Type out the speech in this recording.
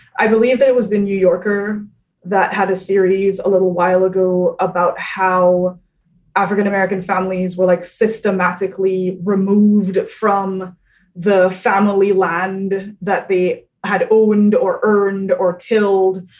i believe there was the new yorker that had a series a little while ago about how african-american families will like systematically removed it from the family land that they had owned or earned or tilled,